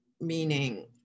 meaning